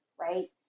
right